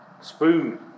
Spoon